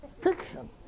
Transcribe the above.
fiction